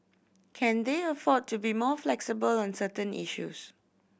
can they afford to be more flexible on certain issues